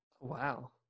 Wow